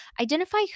identify